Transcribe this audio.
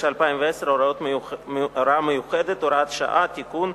ו-2010 (הוראה מיוחדת) (הוראת שעה) (תיקון),